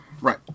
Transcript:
Right